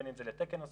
בין אם זה לתקן נוסף,